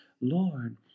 Lord